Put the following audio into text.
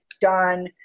done